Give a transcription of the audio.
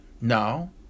Now